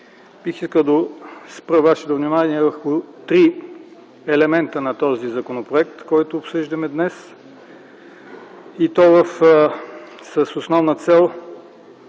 бих искал да спра вашето внимание върху три елемента на този законопроект, който обсъждаме днес, и то с основна цел